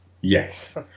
Yes